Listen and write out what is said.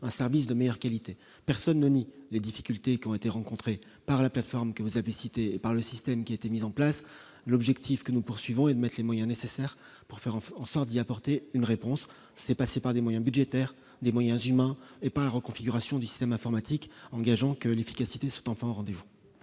un service de meilleure qualité, personne ne nie les difficultés qui ont été rencontrés par la plateforme que vous avez cité par le système qui a été mis en place l'objectif que nous poursuivons une marque les moyens nécessaires pour faire en fait en sorte d'y apporter une réponse, c'est passé par des moyens budgétaires des moyens humains et pas reconfiguration du système informatique engageant que l'efficacité enfin au rendez-vous.